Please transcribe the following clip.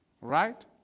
Right